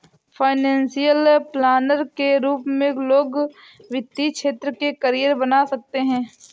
financial planner के रूप में लोग वित्तीय क्षेत्र में करियर बना सकते हैं